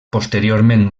posteriorment